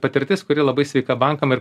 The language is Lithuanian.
patirtis kuri labai sveika bankam ir